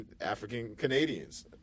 African-Canadians